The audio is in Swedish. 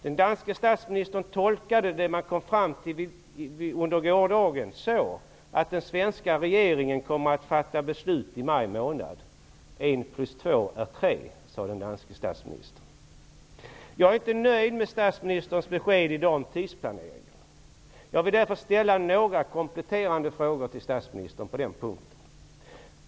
Den danske statsministern tolkade det man kom fram till under gårdagen så, att den svenska regeringen kommer att fatta beslut i maj månad. Ett plus två är tre, sade den danske statsministern. Jag är inte nöjd med statsministerns besked i dag om tidsplaneringen. Jag vill därför ställa några kompletterande frågor till statsministern på den punkten.